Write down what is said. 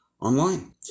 online